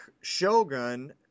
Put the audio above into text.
Shogun